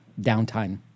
downtime